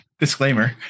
Disclaimer